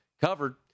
covered